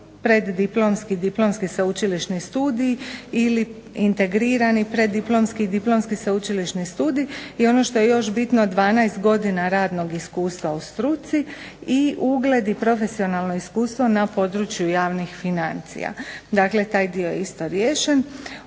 preddiplomski i diplomski sveučilišni studij ili integrirani preddiplomski i diplomski sveučilišni studij. I ono što je još bitno 12 godina radnog iskustva u struci i ugled i profesionalno iskustvo na području javnih financija. Dakle, taj dio je isto riješen.